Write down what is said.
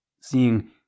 seeing